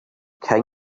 king